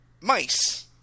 mice